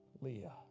Leah